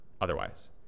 otherwise